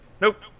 Nope